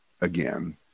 again